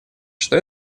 что